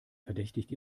verdächtigt